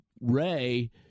Ray